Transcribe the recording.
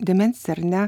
demencija ar ne